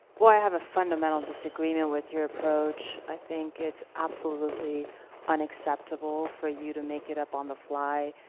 well i have a fundamental disagreement with your approach. i think it's absolutely unacceptable for you to make it up on the fly,